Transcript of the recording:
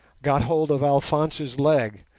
got hold of alphonse's leg,